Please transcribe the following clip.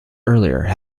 earlier